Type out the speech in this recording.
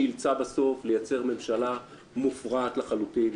שאילץ בסוף לייצר ממשלה מופרעת לחלוטין,